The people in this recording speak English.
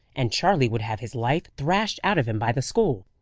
and charley would have his life thrashed out of him by the school.